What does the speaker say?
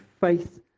faith